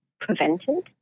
prevented